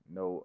no